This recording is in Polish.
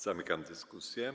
Zamykam dyskusję.